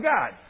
God